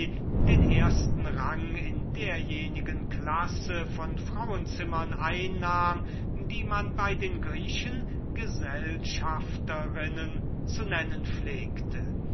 den ersten rang in derjenigen klasse von frauenzimmern einnahm die man bei den griechen freundinnen oder noch eigentlicher gesellschafterinnen zu nennen pflegte